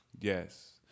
Yes